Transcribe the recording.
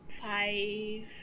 five